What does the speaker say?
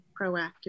proactive